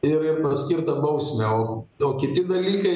ir paskirtą bausmę o o kiti dalykai